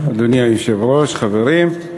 אדוני היושב-ראש, חברים,